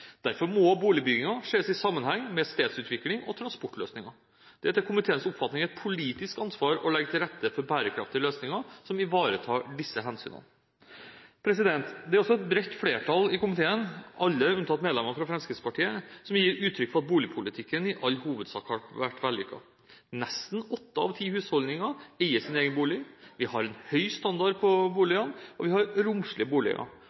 Derfor må boligbyggingen ses i sammenheng med stedsutvikling og transportløsninger. Det er etter komiteens oppfatning et politisk ansvar å legge til rette for bærekraftige løsninger som ivaretar disse hensynene. Det er også et bredt flertall i komiteen, alle unntatt medlemmene fra Fremskrittspartiet, som gir uttrykk for at boligpolitikken i all hovedsak har vært vellykket. Nesten åtte av ti husholdninger eier sin egen bolig, vi har en høy standard på boligene, og vi har romslige boliger.